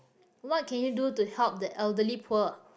what can you do to help the elderly poor